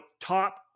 top